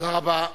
תודה רבה.